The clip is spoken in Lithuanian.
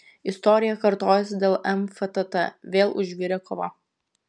istorija kartojasi dėl fntt vėl užvirė kova